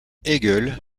hegel